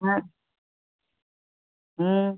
ஆ ம்